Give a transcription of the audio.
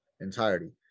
entirety